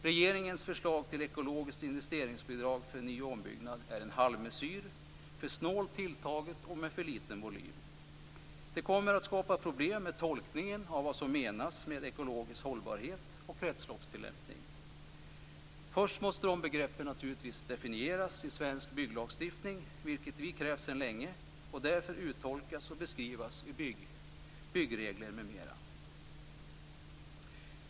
Regeringens förslag till ekologiskt investeringsbidrag för en ny ombyggnad är en halvmesyr - för snålt tilltaget och med för liten volym. Det kommer att skapa problem med tolkningen av vad som menas med ekologisk hållbarhet och kretsloppstillämpning. Först måste de begreppen naturligtvis definieras i svensk bygglagstiftning, vilket vi krävt sedan länge, och uttolkas och beskrivas i byggregler m.m.